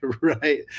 right